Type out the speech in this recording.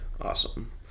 awesome